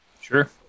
Sure